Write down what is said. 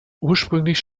ursprünglich